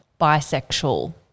bisexual